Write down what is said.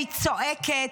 היא צועקת,